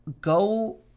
Go